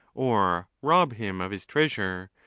or rob him of his treasure,